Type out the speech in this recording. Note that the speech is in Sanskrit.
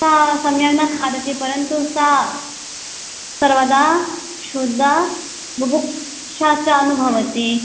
सा सम्यक् न खादति परन्तु सा सर्वदा क्षुधां भुभुक्षां च अनुभवति